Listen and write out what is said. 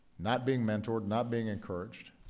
not being mentored, not being encouraged,